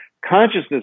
Consciousness